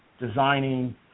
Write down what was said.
designing